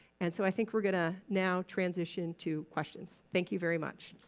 and so i think we're gonna now transition to questions. thank you very much.